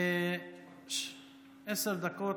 עשר דקות,